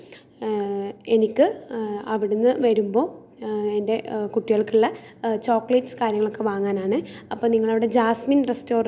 ഇതേപോലത്തെ നമ്മൾ മറ്റ് ഭാഷകൾ കാണുന്നത് നമുക്ക് നല്ലതാണ് നമ്മളെ കുറേ കാര്യങ്ങളിൽ ചെയ്യാൻ സഹായിക്കും നമുക്ക് എന്ത് ആവശ്യമുണ്ടെങ്കിലും നമുക്ക് യുട്യൂബിൽ നോക്കിയാൽ കാണാൻ പറ്റും